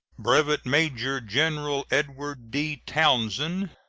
brevet major-general edward d. townsend,